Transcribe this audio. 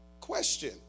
Question